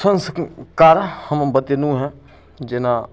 संस्कार हम बतेलहुँ हँ जेना